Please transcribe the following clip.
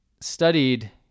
studied